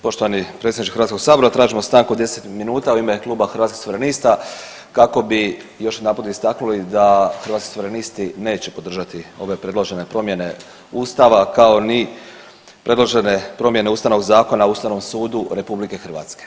Poštovani predsjedniče HS tražimo stanku od 10 minuta u ime Kluba Hrvatskih suverenista kako bi još jedanput istaknuli da Hrvatski suverenisti neće podržati ove predložene promjene ustava kao ni predložene promjene Ustavnog zakona o Ustavnom sudu RH.